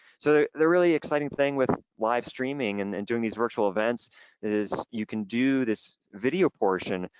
so the really exciting thing with live streaming and and doing these virtual events is you can do this video portion,